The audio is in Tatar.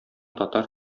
татар